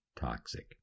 toxic